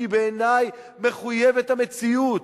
שהיא בעיני מחויבת המציאות.